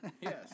Yes